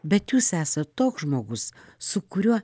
bet jūs esat toks žmogus su kuriuo